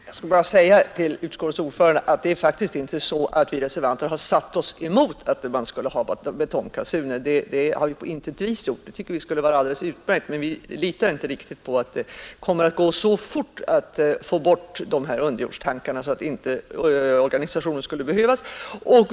Herr talman! Jag skall bara säga till utskottets ordförande att vi reservanter faktiskt på intet vis har satt oss emot att man skulle ha betongkassuner. Vi tycker att det skulle vara alldeles utmärkt, men vi litar inte riktigt på att det kommer att gå så fort att få bort underjordstankarna att organisationen inte skulle behövas.